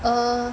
err